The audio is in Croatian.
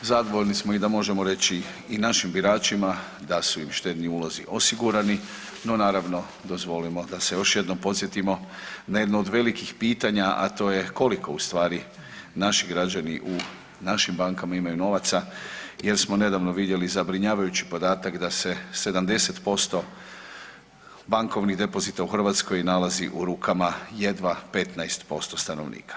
Zadovoljni smo i da možemo reći i našim biračima da su im štedni ulozi osigurani, no naravno dozvolimo da se još jednom podsjetimo na jedno od velikih pitanja, a to je koliko ustvari naši građani u našim bankama imaju novaca jel smo nedavno vidjeli zabrinjavajući podatak da se 70% bankovnih depozita u Hrvatskoj nalazi u rukama jedva 15% stanovnika.